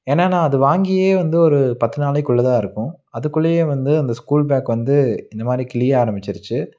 ஏனால் அது நான் வாங்கியே வந்து ஒரு பத்து நாளைக்குள்ளேதான் இருக்கும் அதுக்குள்ளையே வந்து அந்த ஸ்கூல் பேக்கு வந்து இந்தமாதிரி கிழிய ஆரம்பிச்சிருச்சு